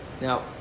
Now